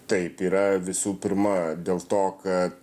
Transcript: taip yra visų pirma dėl to kad